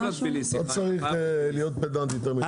יש לנו עד 12:30. לא צריך להיות פדנט יותר מידי.